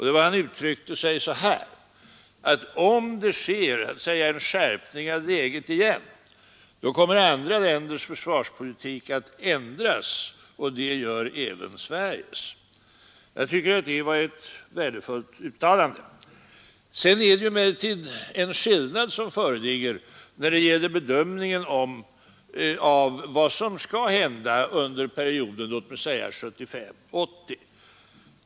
Det var när han uttalade att om det sker en skärpning av läget igen, då kommer andra länders försvarspolitik att ändras och det gör även Sveriges. Jag tycker att det var ett värdefullt uttalande. Det föreligger emellertid en skillnad när det gäller bedömningen av vad som skall hända under perioden 1975—1980.